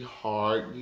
hard